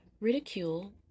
ridicule